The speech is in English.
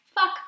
fuck